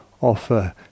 offer